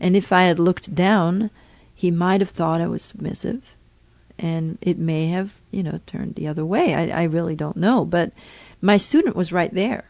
and if i had looked down he might have thought i was submissive and it may have, you know, turned the other way, i really don't know. but my student was right there